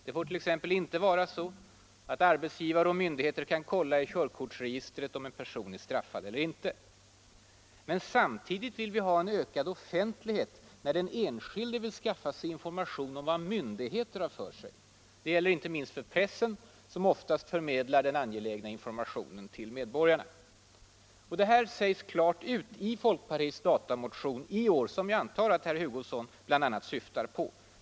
Det får t.ex. inte vara så att arbetsgivare och myndigheter kan kolla i körkortsregistret om en person är straffad eller inte. Samtidigt vill vi ha en ökad offentlighet, när den enskilde vill skaffa sig information om vad myndigheter har för sig. Det gäller inte minst för pressen, som ofta förmedlar den angelägna informationen till medborgarna. Detta sägs klart ut i folkpartiets datamotion i år, som jag antar att herr Hugosson syftar på.